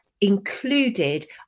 included